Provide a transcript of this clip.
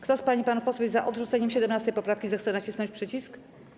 Kto z pań i panów posłów jest za odrzuceniem 17. poprawki, zechce nacisnąć przycisk.